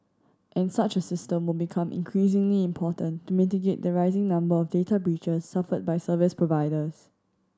and such a system will become increasingly important to mitigate the rising number of data breaches suffered by service providers